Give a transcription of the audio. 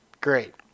Great